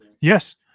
Yes